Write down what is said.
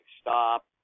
stop